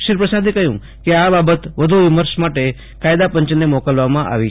શ્રી પ્રસાદે કહયું કે આ બાબત વધુ વિમર્શ માટે કાયદા પંચને મોકલવામાં આવી છે